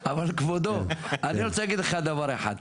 אבל כבודו, אני רוצה להגיד לך דבר אחד,